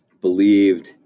believed